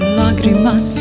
lágrimas